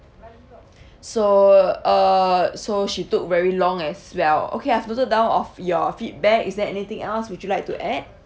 so uh so she took very long as well okay I've noted down of your feedback is there anything else would you like to add